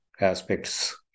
aspects